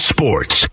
Sports